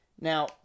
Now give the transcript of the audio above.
Now